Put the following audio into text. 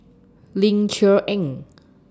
Ling Cher Eng